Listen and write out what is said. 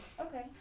Okay